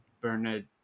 Bernard